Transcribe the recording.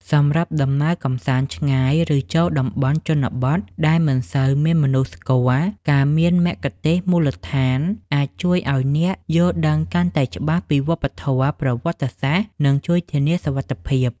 សម្រាប់ដំណើរកម្សាន្តឆ្ងាយ ឬចូលតំបន់ជនបទដែលមិនសូវមានមនុស្សស្គាល់ ការមានមគ្គុទ្ទេសក៍មូលដ្ឋានអាចជួយឲ្យអ្នកយល់ដឹងកាន់តែច្បាស់ពីវប្បធម៌ ប្រវត្តិសាស្ត្រ និងជួយធានាសុវត្ថិភាព។